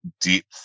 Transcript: depth